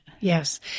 Yes